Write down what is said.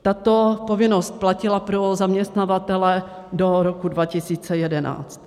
Tato povinnost platila pro zaměstnavatele do roku 2011.